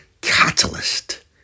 catalyst